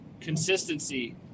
consistency